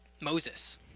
Moses